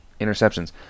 interceptions